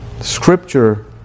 scripture